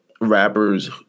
rappers